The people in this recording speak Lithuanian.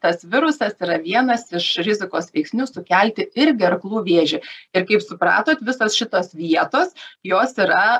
tas virusas yra vienas iš rizikos veiksnių sukelti ir gerklų vėžį ir kaip supratot visos šitos vietos jos yra